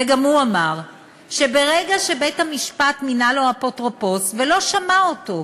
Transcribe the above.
וגם הוא אמר שברגע שבית-המשפט מינה לו אפוטרופוס ולא שמע אותו,